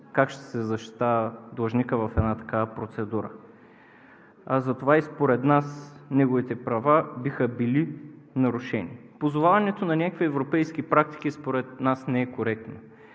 как ще се защитава длъжникът в една такава процедура. Затова и според нас неговите права биха били нарушени. Позоваването на някакви европейски практики според нас не е коректно.